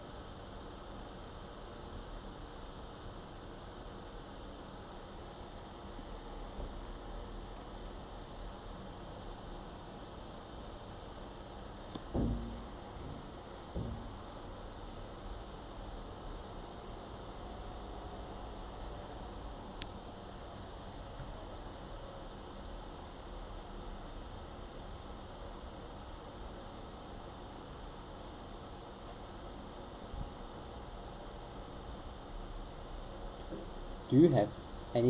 do you have any